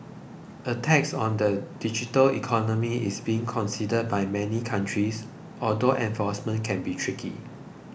a tax on the digital economy is being considered by many countries although enforcement could be tricky